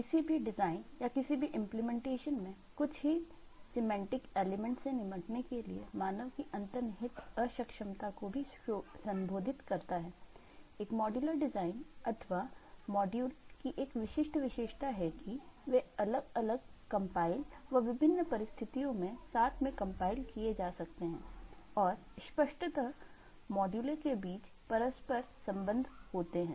एक modular design अथवा module की एक विशिष्ट विशेषता है कि वे अलग अलग कंपाइल व विभिन्न परिस्थितियों में साथ में कंपाइल किए जा सकते हैं और स्पष्टतः मॉड्यूल के बीच परस्पर संबंध होते हैं